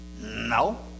No